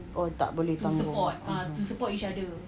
oh tak boleh sambung (uh huh)